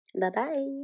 Bye-bye